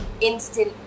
instant